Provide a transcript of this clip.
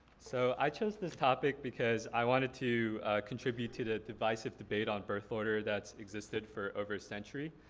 so i chose this topic because i wanted to contribute to the divisive debate on birth order that's existed for over a century.